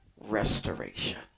restoration